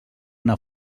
una